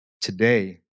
Today